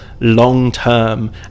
long-term